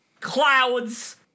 clouds